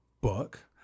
book